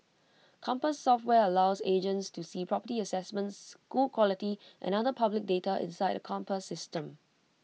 compass software allows agents to see property assessments school quality and other public data inside the compass system